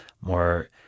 more